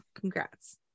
Congrats